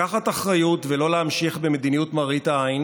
לקחת אחריות ולא להמשיך במדיניות מראית העין